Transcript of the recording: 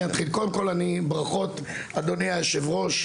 קודם כל ברכות אדוני היושב-ראש,